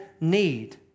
need